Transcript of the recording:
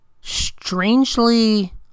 strangely